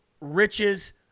riches